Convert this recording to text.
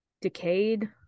decayed